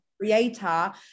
creator